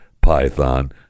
python